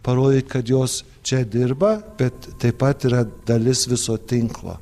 parodė kad jos čia dirba bet taip pat yra dalis viso tinklo